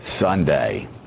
Sunday